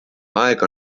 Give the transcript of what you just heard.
aeg